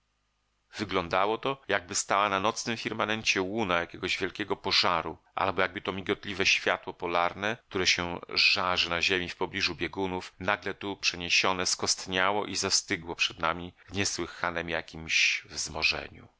wyglądało to jakby stała na nocnym firmamencie łuna jakiegoś wielkiego pożaru albo jakby to migotliwe światło polarne które się żarzy na ziemi w pobliżu biegunów nagle tu przeniesione skostniało i zastygło przed nami w niesłychanem jakiemś